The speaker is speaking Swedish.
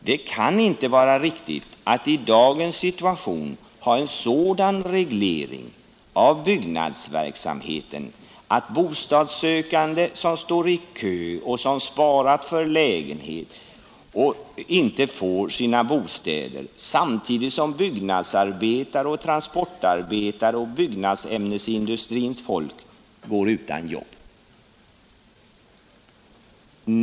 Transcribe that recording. Det kan inte vara riktigt att i dagens situation ha en sådan reglering av byggnadsverksamheten att bostadssökande som står i kö och som sparat för lägenhet inte får sina bostäder, samtidigt som byggnadsarbetare, transportarbetare och byggnadsämnesindustrins folk går utan jobb.